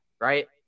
right